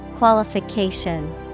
Qualification